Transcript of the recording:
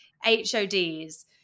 hod's